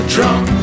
Drunk